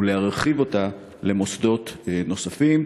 ולהרחיב אותה למוסדות נוספים.